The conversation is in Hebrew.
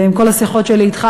ועם כל השיחות שלי אתך,